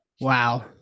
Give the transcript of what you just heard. Wow